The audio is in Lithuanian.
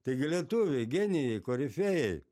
tai gi lietuviai genijai korifėjai